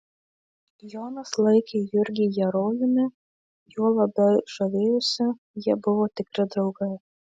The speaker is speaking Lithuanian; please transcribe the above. jonas laikė jurgį herojumi juo labai žavėjosi jie buvo tikri draugai